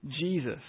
Jesus